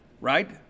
right